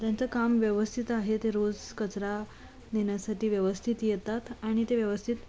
त्यांचं काम व्यवस्थित आहे ते रोज कचरा नेण्यासाठी व्यवस्थित येतात आणि ते व्यवस्थित